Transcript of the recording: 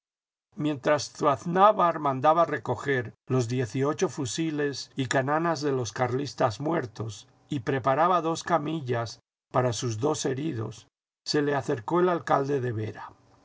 mientras zuaznavar mandaba recoger los diez y ocho fusiles y cananas de los carlistas muertos y preparaba dos camillas para sus dos heridos se le acercó el alcalde de vera